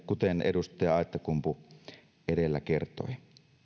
kuten edustaja aittakumpu edellä kertoi